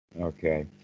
Okay